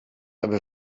aby